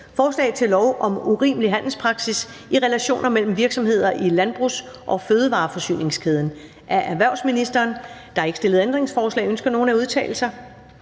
Forslag til lov om urimelig handelspraksis i relationer mellem virksomheder i landbrugs- og fødevareforsyningskæden. Af erhvervsministeren (Simon Kollerup). (Fremsættelse